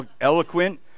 eloquent